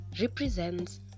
represents